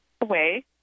away